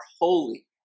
holy